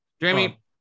Jamie